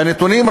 והנתונים,